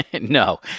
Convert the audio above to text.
No